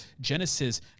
Genesis